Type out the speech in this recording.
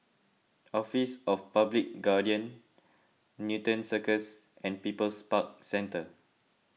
Office of the Public Guardian Newton Circus and People's Park Centre